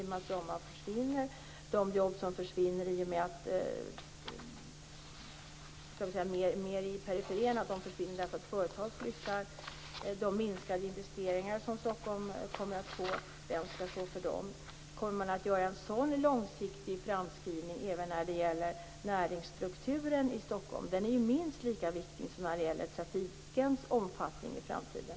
Men vem skall stå för de jobb som försvinner i och med att Bromma flygplats läggs ned, för de jobb som försvinner på grund av att företag flyttar och för de minskade investeringar som Stockholm kommer att få? Kommer man att göra en sådan långsiktig framskrivning även när det gäller näringsstrukturen i Stockholm? Den är ju minst lika viktig som trafikens omfattning i framtiden.